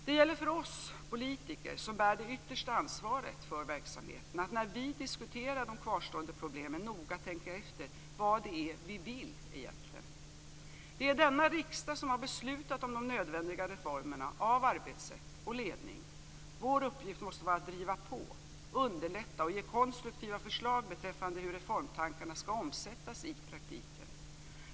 Det gäller för oss politiker, som bär det yttersta ansvaret för verksamheten, att när vi diskuterar de kvarstående problemen noga tänka efter vad det är som vi egentligen vill. Det är denna riksdag som har beslutat om de nödvändiga reformerna av arbetssätt och ledning. Vår uppgift måste vara att driva på, underlätta och ge konstruktiva förslag beträffande hur reformtankarna skall omsättas i praktiken.